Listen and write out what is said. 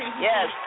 Yes